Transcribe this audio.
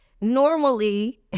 Normally